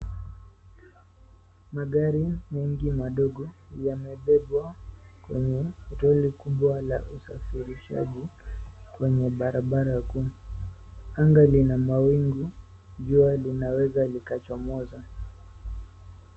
Magari mengi madogo yamebebwa kwenye lori kubwa la usafirishaji kwenye barabara kuu, anga lina mawingu jua linaweza likachomoza.